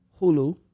Hulu